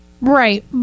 Right